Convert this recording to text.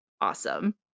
awesome